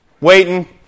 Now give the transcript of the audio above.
waiting